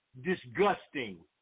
disgusting